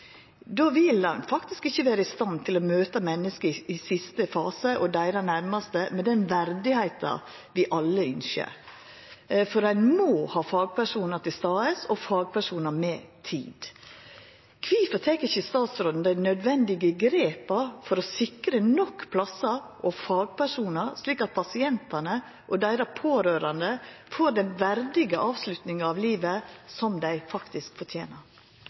Då vil ein faktisk ikkje vera i stand til å møta menneske i siste fase, og deira næraste, med den verdigheita vi alle ønskjer, for ein må ha fagpersonar til stades, og fagpersonar med tid. Kvifor tek ikkje statsråden dei nødvendige grepa for å sikra nok plassar og fagpersonar, slik at pasientane og deira pårørande får den verdige avsluttinga av livet som dei faktisk fortener?